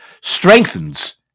strengthens